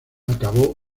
acabó